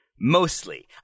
mostly